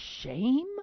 shame